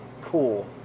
cool